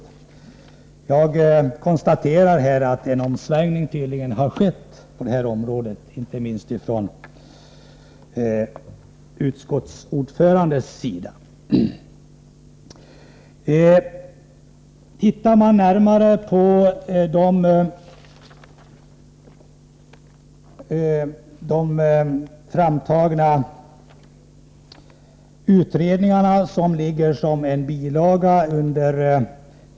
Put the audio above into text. Jag kan konstatera att en omsvängning tydligen skett på det här området; inte minst har utskottets ordförande bytt sida.